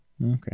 Okay